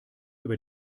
über